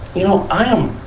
you know, i am,